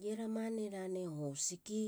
lie ramane lane hosiki